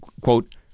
quote